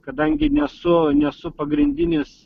kadangi nesu nesu pagrindinis